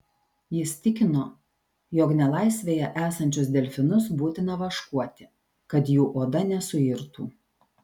jis tikino jog nelaisvėje esančius delfinus būtina vaškuoti kad jų oda nesuirtų